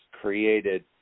created